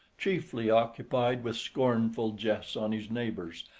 chiefly occupied with scornful jests on his neighbours,